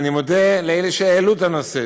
אני מודה לאלה שהעלו את הנושא,